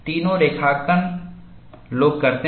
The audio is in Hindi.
तीनों रेखांकन लोग करते हैं